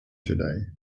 today